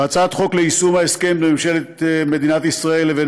והצעת חוק ליישום ההסכם בין ממשלת מדינת ישראל לבין